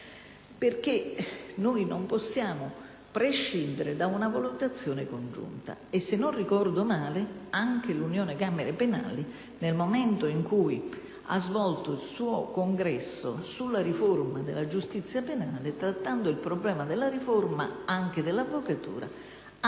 perché non possiamo prescindere da una valutazione congiunta dei due aspetti. Se non ricordo male, anche l'Unione delle camere penali, nel momento in cui ha svolto il suo congresso sulla riforma della giustizia penale, trattando il problema della riforma dell'avvocatura, ha